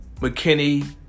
McKinney